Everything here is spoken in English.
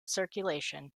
circulation